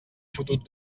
fotut